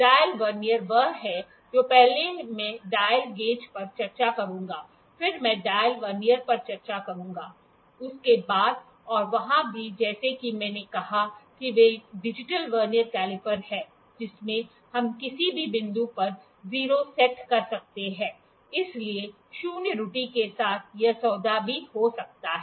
dial vernier वह है जो पहले मैं डायल गेज पर चर्चा करूंगा फिर मैं डायल वर्नियर पर चर्चा करूंगा उसके बाद और वहां भी जैसा कि मैंने कहा कि वे डिजिटल वर्नियर कैलिपर हैं जिसमें हम किसी भी बिंदु पर 0 सेट कर सकते हैं इसलिए शून्य त्रुटि के साथ यह सौदा भी हो सकता है